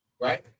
right